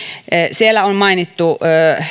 siellä on mainittu